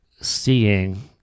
seeing